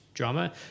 drama